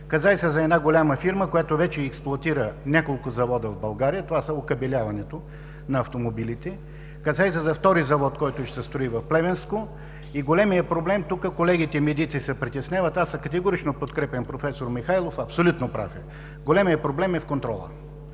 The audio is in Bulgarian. Касае се за една голяма фирма, която вече експлоатира няколко завода в България, това е окабеляването на автомобилите. Касае се за втори завод, който ще се строи в Плевенско. Големият проблем, от който колегите медици се притесняват, тук категорично подкрепям проф. Михайлов – абсолютно прав е, че големият проблем е в контрола.